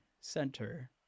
center